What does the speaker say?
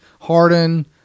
Harden